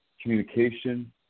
communication